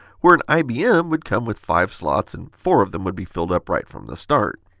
where an ibm would come with five slots and four of them would be filled up right from the start.